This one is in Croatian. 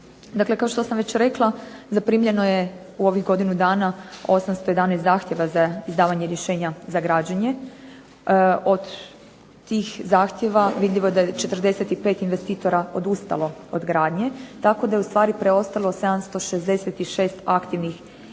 Dakle, kao što sam već rekla zaprimljeno je u ovih godinu dana 811 zahtjeva za izdavanje rješenja za građenje. Od tih zahtjeva vidljivo je da je 45 investitora odustalo od gradnje tako da je ustvari preostalo 766 aktivnih zahtjeva.